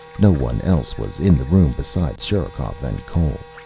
no one else was in the room beside sherikov and cole.